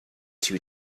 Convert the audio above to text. two